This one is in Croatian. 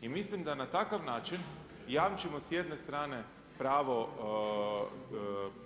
I mislim da na takav način jamčimo s jedne strane pravo,